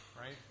right